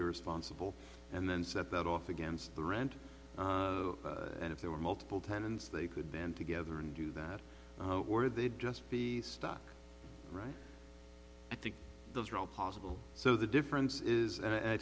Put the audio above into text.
irresponsible and then set that off against the rent and if there were multiple tenants they could band together and do that or they'd just be stuck right i think those are all possible so the difference is and i